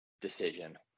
decision